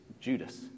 Judas